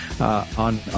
on